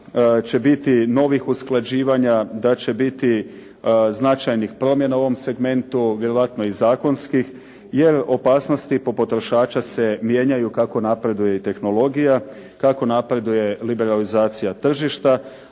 će biti novih usklađivanja, da će biti značajnih promjena u ovom segmentu, vjerojatno i zakonskih, jer opasnosti po potrošača se mijenjaju kako napreduje tehnologija, kako napreduje liberalizacija tržišta,